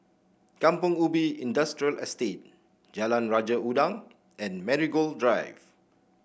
Kampong Ubi Industrial Estate Jalan Raja Udang and Marigold Drive